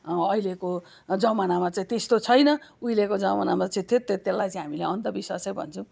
अहिलेको जमानामा चाहिँ त्यस्तो छैन उहिलेको जमानामा चाहिँ थियो त्यो त्यसलाई चाहिँ हामीले अन्धविश्वासै भन्छौ धन्यवाद